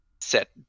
set